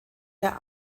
der